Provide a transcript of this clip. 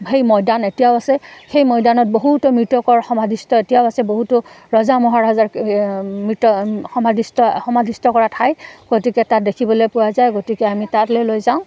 সেই মৈদাম এতিয়াও আছে সেই মৈদামত বহুতো মৃতকৰ সমাধিস্ত এতিয়াও আছে বহুতো ৰজা মহাৰজাৰ মৃত সমাধিস্ত সমাধিস্ত কৰা ঠাই গতিকে তাত দেখিবলৈ পোৱা যায় গতিকে আমি তালৈ লৈ যাওঁ